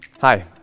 Hi